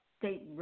State